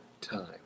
time